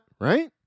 right